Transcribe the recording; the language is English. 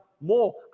more